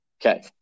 Okay